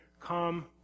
come